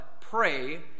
pray